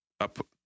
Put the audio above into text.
up